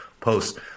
post